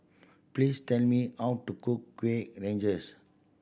please tell me how to cook Kueh Rengas